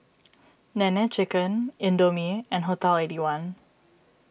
Nene Chicken Indomie and Hotel Eighty One